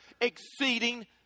exceeding